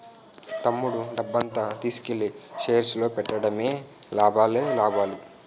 తమ్ముడు డబ్బంతా తీసుకెల్లి షేర్స్ లో పెట్టాడేమో లాభాలే లాభాలు